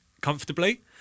comfortably